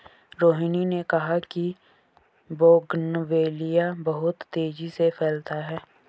रोहिनी ने कहा कि बोगनवेलिया बहुत तेजी से फैलता है